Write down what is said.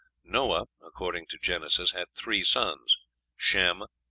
noah, according to genesis, had three sons shem,